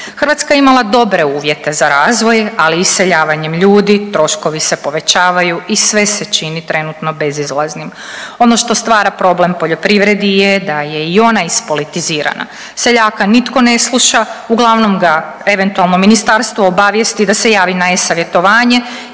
Hrvatska je imala dobre uvjete za razvoj, ali iseljavanjem ljudi troškovi se povećavaju i sve se čini trenutno bezizlaznim. Ono što stvara problem poljoprivredi je da je i ona ispolitizirana. Seljaka nitko ne sluša, uglavnom ga eventualno ministarstvo obavijesti da se javi na e-savjetovanje